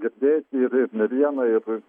girdėjosi ir ir ne vieną ir